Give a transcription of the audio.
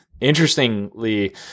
Interestingly